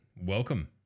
welcome